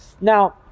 Now